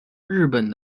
日本